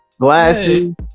glasses